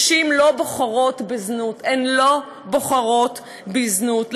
נשים לא בוחרות בזנות, הן לא בוחרות בזנות.